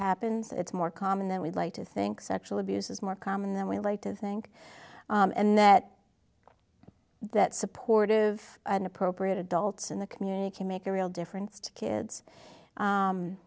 happens it's more common than we'd like to think sexual abuse is more common than we like to think and that that supportive and appropriate adults in the community can make a real difference to kids